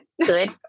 Good